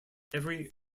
every